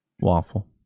Waffle